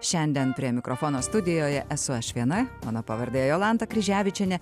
šiandien prie mikrofono studijoje esu aš viena mano pavardė jolanta kryževičienė